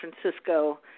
Francisco